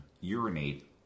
urinate